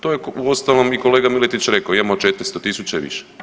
To je uostalom kolega Miletić rekao imamo 400000 i više.